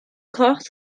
kracht